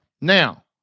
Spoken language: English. Now